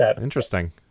interesting